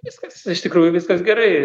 viskas iš tikrųjų viskas gerai